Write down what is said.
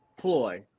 ploy